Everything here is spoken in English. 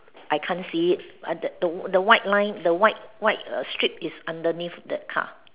I can't see it uh that the the white line the white white strip is underneath that car